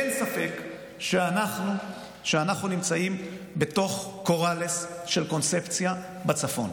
אין ספק שאנחנו נמצאים בתוך קוראלס של קונספציה בצפון,